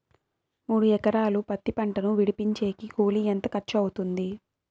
మూడు ఎకరాలు పత్తి పంటను విడిపించేకి కూలి ఎంత ఖర్చు అవుతుంది?